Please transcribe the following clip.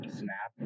snap